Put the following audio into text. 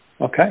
Okay